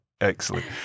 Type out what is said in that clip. Excellent